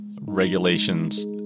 regulations